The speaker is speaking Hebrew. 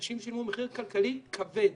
אנשים שילמו מחיר כלכלי כבד.